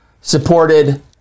supported